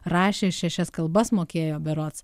rašė šešias kalbas mokėjo berods